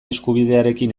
eskubidearekin